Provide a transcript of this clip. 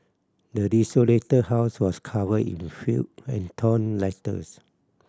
the desolated house was covered in filth and torn letters